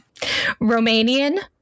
Romanian